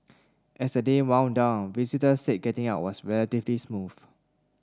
as the day wound down visitors said getting out was relatively smooth